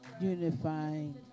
unifying